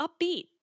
upbeat